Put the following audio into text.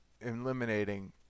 eliminating